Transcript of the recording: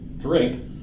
drink